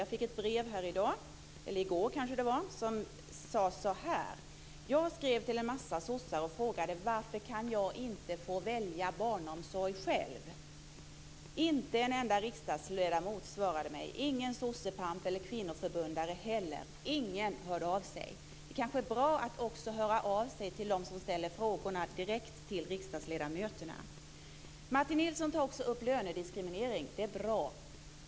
Jag fick ett brev i går där det stod följande: Jag skrev till en massa sossar och frågade varför jag inte kan få välja barnomsorg själv. Inte en enda riksdagsledamot svarade mig. Ingen sossepamp eller kvinnoförbundare heller. Ingen hörde av sig. Det är kanske bra att också höra av sig till dem som ställer frågorna direkt till riksdagsledamöterna. Martin Nilsson tar också upp frågan om lönediskriminering. Det är bra.